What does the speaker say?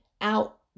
out